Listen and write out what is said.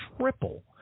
triple